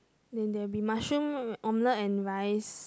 then there will be mushroom omelette and rice